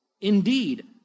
Indeed